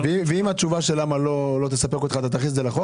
ואם התשובה של למה לא היא לא תספק אותך אתה תכניס את זה לחוק?